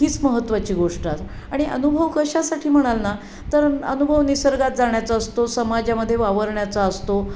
हीच महत्वाची गोष्ट आज आणि अनुभव कशासाठी म्हणाल ना तर अनुभव निसर्गात जाण्याचा असतो समाजामध्ये वावरण्याचा असतो